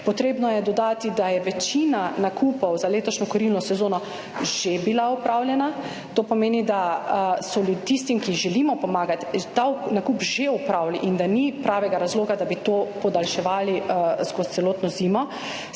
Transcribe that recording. Potrebno je dodati, da je večina nakupov za letošnjo kurilno sezono že bila opravljena. To pomeni, da so ljudi tistim, ki želimo pomagati, ta nakup že opravili in da ni pravega razloga, da bi to podaljševali skozi celotno zimo.